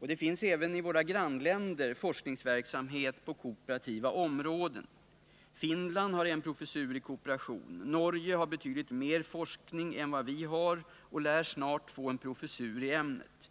Det finns även i våra grannländer forskningsverksamhet på kooperativa områden. Finland har en professur i kooperation. Norge har betydligt mer forskning än vad vi har och lär snart få en professur i ämnet.